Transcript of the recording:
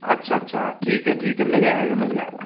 अच्छा अच्छा ठीक है ठीक है मिल जाएगा मिल जाएगा